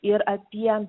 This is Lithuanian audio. ir apie